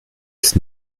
ist